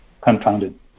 confounded